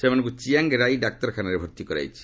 ସେମାନଙ୍କୁ Chiang Rai ଡାକ୍ତରଖାନାରେ ଭର୍ତ୍ତି କରାଯାଇଛି